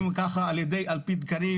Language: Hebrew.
ג' על פי תקנים,